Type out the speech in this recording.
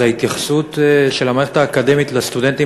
זו ההתייחסות של המערכת האקדמית לסטודנטים